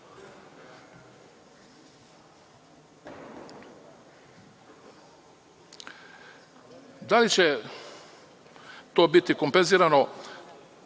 li će to biti kompenzirano